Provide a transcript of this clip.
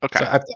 okay